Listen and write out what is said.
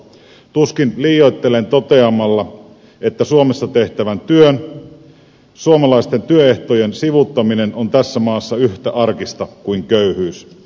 tuskin liioittelen toteamalla että suomessa tehtävässä työssä suomalaisten työehtojen sivuuttaminen on tässä maassa yhtä arkista kuin köyhyys